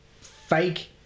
fake